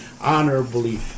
honorably